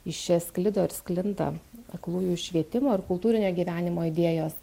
iš čia sklido ir sklinda aklųjų švietimo ir kultūrinio gyvenimo idėjos